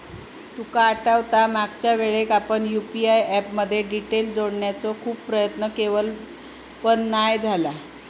तुका आठवता मागच्यावेळेक आपण यु.पी.आय ऍप मध्ये डिटेल जोडण्याचो खूप प्रयत्न केवल पण नाय झाला